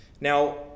now